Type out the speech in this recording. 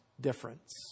difference